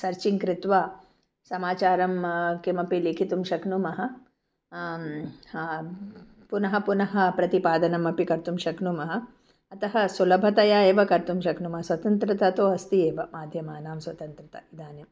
searching कृत्वा समाचारं किमपि लिखितुं शक्नुमः पुनः पुनः प्रतिपादनमपि कर्तुं शक्नुमः अतः सुलभतया एव कर्तुं शक्नुमः स्वतन्त्रता तु अस्ति एव माध्यमानां स्वतन्त्रता इदानीम्